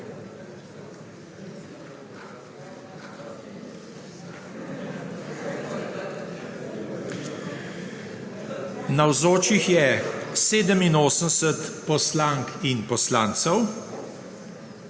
Navzočih je 84 poslank in poslancev,